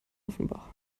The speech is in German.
offenbach